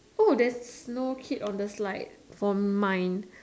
oh there's no kid on the slide for mine